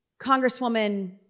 Congresswoman